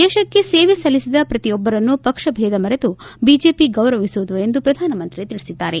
ದೇಶಕ್ಕೆ ಸೇವೆ ಸಲ್ಲಿಸಿದ ಪ್ರತಿಯೊಬ್ಬರನ್ನೂ ಪಕ್ಷ ಬೇಧ ಮರೆತು ಬಿಜೆಪಿ ಗೌರವಿಸುವುದು ಎಂದು ಪ್ರಧಾನಮಂತ್ರಿ ತಿಳಿಸಿದ್ದಾರೆ